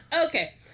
Okay